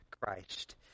Christ